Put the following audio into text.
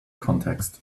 context